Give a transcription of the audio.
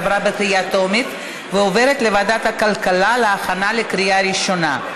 עברה בקריאה טרומית ועוברת לוועדת הכלכלה להכנה לקריאה ראשונה.